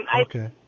okay